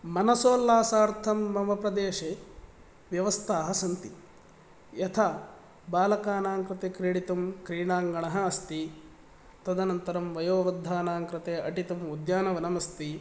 मनसोल्लासार्थम् मम प्रदेशे व्यवस्था सन्ति यथा बालकानां कृते क्रीडितुं क्रीडाङ्गण अस्ति तदनन्तरं वयोवृद्धानां कृते अटितुम् उद्यानवनम् अस्ति